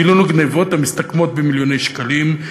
גילינו גנבות המסתכמות במיליוני שקלים.